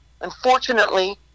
unfortunately